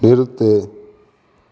நிறுத்து